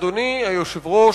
אדוני היושב-ראש,